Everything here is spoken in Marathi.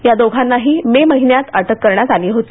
या दोघांनाही मे महिन्यात अटक करण्यात आली होती